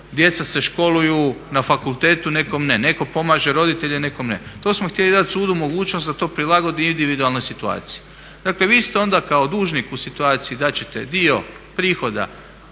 djeca školuju na fakultetu, nekom ne, netko pomaže roditelje, netko ne. To smo htjeli dati sudu mogućnost da to prilagodi individualnoj situaciji. Dakle vi ste onda kao dužnik u situaciji da ćete dio prihoda